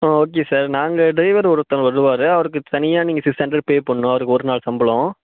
okay sir நாங்கள் driver ஒருத்தங்க வருவார் அவருக்கு தனியாக நீங்கள் சிக்ஸ் கன்ரட் பே பண்ணும் அவருக்கு ஒருநாள் சம்பளம்